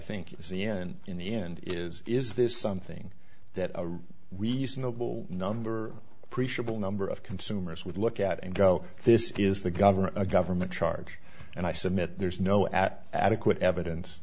think is the end in the end is is this something that a reasonable number appreciable number of consumers would look at and go this is the government a government charge and i submit there's no at adequate evidence